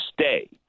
stay